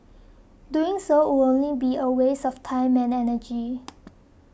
doing so would only be a waste of time and energy